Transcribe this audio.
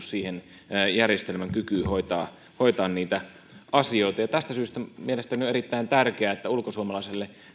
siihen järjestelmän kykyyn hoitaa hoitaa niitä asioita ja tästä syystä mielestäni on erittäin tärkeää että ulkosuomalaisille